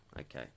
okay